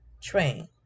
train